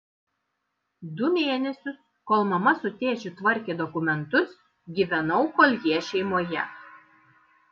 du mėnesius kol mama su tėčiu tvarkė dokumentus gyvenau koljė šeimoje